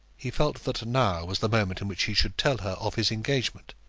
he felt that now was the moment in which he should tell her of his engagement,